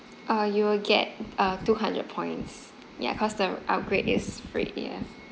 uh you will get uh two hundred points ya cause the upgrade is free ya